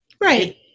Right